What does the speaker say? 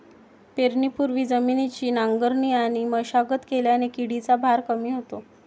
पेरणीपूर्वी जमिनीची नांगरणी आणि मशागत केल्याने किडीचा भार कमी होतो